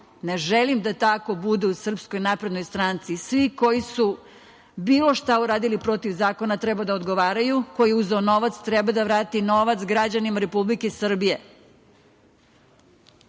Ne želim da tako bude u SNS. Svi koji su bilo šta uradili protiv zakona, treba da odgovaraju, ko je uzeo novac, treba da vrati novac građanima Republike Srbije. Da